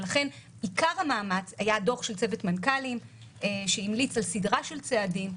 לכן עיקר המאמץ היה דוח של צוות מנכ"לים שהמליץ על סדרה של צעדים,